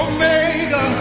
Omega